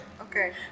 Okay